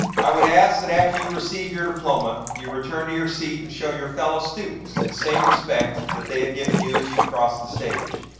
i would ask that after you receive your diploma, you return to your seat and show your fellow students the same respect that they have given you as you cross the stage.